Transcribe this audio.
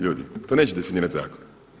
Ljudi to neće definirat zakon.